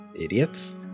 idiots